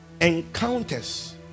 encounters